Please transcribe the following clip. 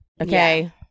Okay